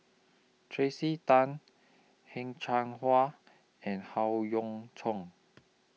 Tracey Tan Heng Cheng Hwa and Howe Yoon Chong